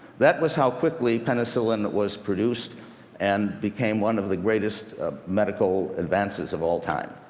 that was how quickly penicillin was produced and became one of the greatest medical advances of all time.